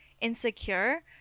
insecure